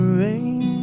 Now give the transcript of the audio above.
rain